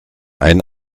ein